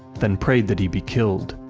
then prayed that he be killed,